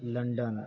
London